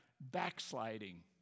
backsliding